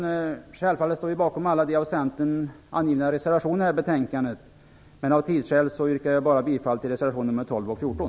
Vi står självfallet bakom alla de reservationer som Centern avlämnat till det här betänkandet, men av tidsskäl yrkar jag bara bifall till reservationerna nr 12 och 14.